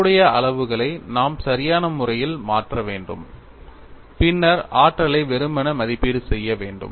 தொடர்புடைய அளவுகளை நாம் சரியான முறையில் மாற்ற வேண்டும் பின்னர் ஆற்றலை வெறுமனே மதிப்பீடு செய்ய வேண்டும்